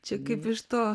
čia kaip iš to